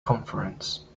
conference